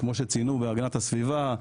וכמו שציינו בהגנת הסביבה,